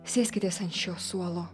sėskitės ant šio suolo